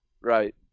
right